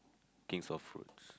kings of fruits